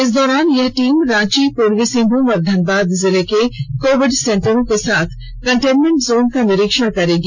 इस दौरान यह टीम रांची पूर्वी सिंहभूम और धनबाद जिले में अवस्थित कोविड सेंटरों के साथ कंटेनमेंट जोन का निरीक्षण करेगी